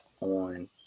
on